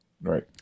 Right